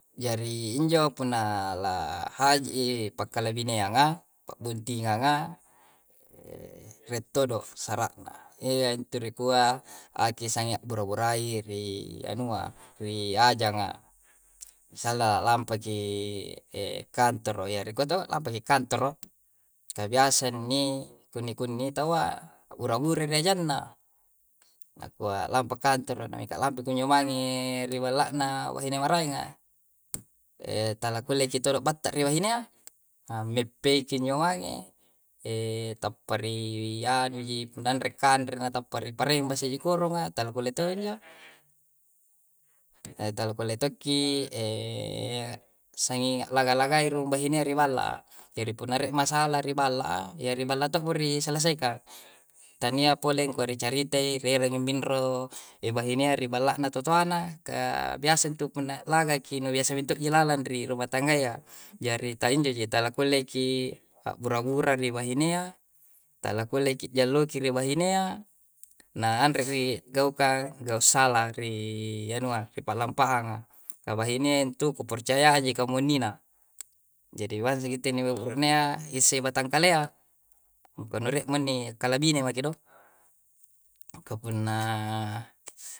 Jari injo punna la ha'ij pakala bineanga, pa'buntinganga reto'do sara'na yanturu kua aki sangia boro'-boroyai ri' anuwa, re ajanga' salla lampa ki kantoro ya riko to? Apa'i lekantoro. Ka biasa inni kini-kuni'tawa bura-bura na' janna nakua lapa kantoro na kunjo mangi ri' lawanna wahine waraeng nga. tarakulle ki toro batta riwahinea meppeki nyowange tapa'ri anu ji ngandre kandre na taparre-parebes korongi'nga takkolo tea'ja. Tolokole tokki sangi laga-lagaeru bahinea ri' falla, jari puna re'ma salah riballa yeri balla tok'buri selesaikang. Tania poreng kua cerite ferem mi mindro bahinea ri' fallana totoana ka bisa'intu punna laga ki nubiasa mento' ilalandri rumah tangga'ya. Jari ta injo ji, talakulle ki burra-burra bahinea, talakulle ki jalluki wahirenea, na ngandri gauka' gausala ri' anu'a ripahanga. Kawahine intu kepercayaan ji komonina. Jadi wasegi tenne ruknea, hisse sebatang kale'a. Konore'meni kalabinne make do' kopunna